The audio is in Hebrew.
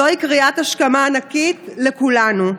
זוהי קריאת השכמה ענקית לכולנו.